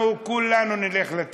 אנחנו כולנו נלך לתהום.